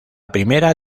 primera